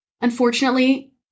Unfortunately